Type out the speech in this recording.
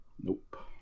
nope